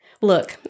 look